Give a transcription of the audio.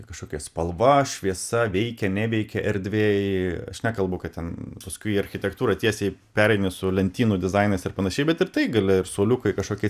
kažkokia spalva šviesa veikia neveikia erdvėj aš nekalbu kad ten paskui architektūrą tiesiai pereini su lentynų dizainais ir panašiai bet ir tai gali ir suoliukai kažkokie